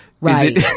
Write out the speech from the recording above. Right